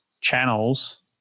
channels